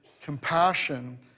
compassion